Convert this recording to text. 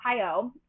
Ohio